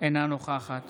אינה נוכחת